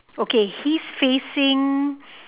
okay he's facing